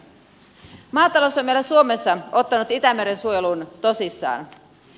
maatalous on meillä suomessa ottanut itämeren suojelun tosissaan